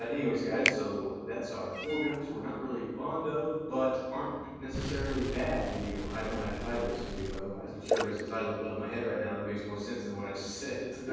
anyways guys, so that's our four guns we're not really fond of, but aren't necessarily bad video. i don't know how to title this video, otherwise i'm sure there's a title above my head right now that makes more sense than what i just said.